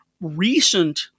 recent